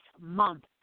month